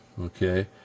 Okay